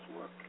work